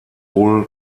wohl